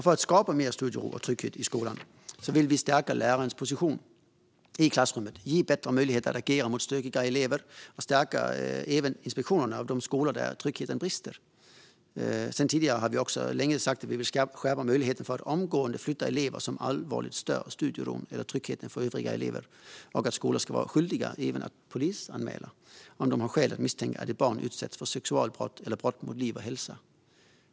För att skapa större studiero och trygghet i skolan vill vi stärka lärarens position i klassrummet, ge bättre möjligheter att agera mot stökiga elever och stärka inspektionerna av de skolor där tryggheten brister. Sedan lång tid tillbaka har vi sagt att vi vill skärpa möjligheten att omgående flytta elever som allvarligt stör studieron eller tryggheten för övriga elever och att skolor ska vara skyldiga att polisanmäla om de har skäl att misstänka att ett barn utsatts för sexualbrott eller brott mot liv och hälsa.